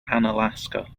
analaska